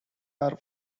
are